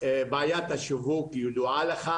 בעיית השיווק ידועה לך,